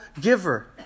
giver